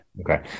Okay